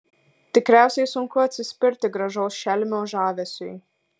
tikriausiai sunku atsispirti gražaus šelmio žavesiui